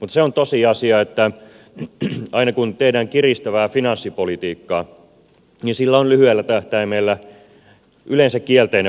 mutta se on tosiasia että aina kun tehdään kiristävää finanssipolitiikkaa sillä on lyhyellä tähtäimellä yleensä kielteinen vaikutus talouskasvuun